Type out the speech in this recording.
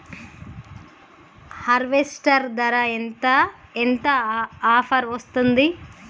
Harvester ధర ఎంత ఎంత ఆఫర్ వస్తుంది?